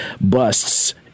busts